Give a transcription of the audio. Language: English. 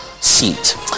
seat